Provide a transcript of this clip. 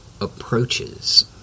approaches